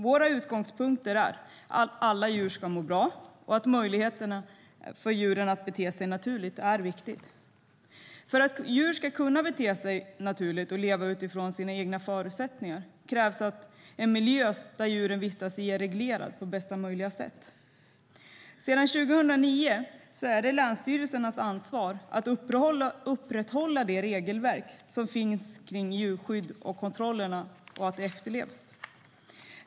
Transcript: Vår utgångspunkt är att alla djur ska må bra, och möjligheterna för djuren att bete sig naturligt är viktiga. För att djur ska kunna bete sig naturligt och leva utifrån sina egna förutsättningar krävs det att den miljö som djuren vistas i är reglerad på bästa möjliga sätt. Sedan 2009 är det länsstyrelsernas ansvar att upprätthålla det regelverk som finns kring djurskydd och kontrollera att det efterlevs.